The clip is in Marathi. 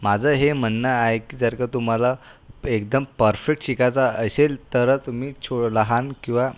माझं हे म्हणणं आहे की जर का तुम्हाला एकदम परफेक्ट शिकायचं असेल तर तुम्ही छो लहान किंवा